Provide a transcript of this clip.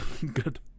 Good